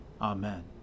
Amen